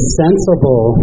sensible